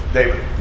David